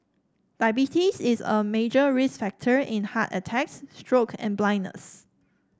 diabetes is a major risk factor in heart attacks stroke and blindness